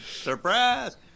Surprise